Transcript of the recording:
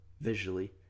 visually